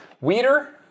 weeder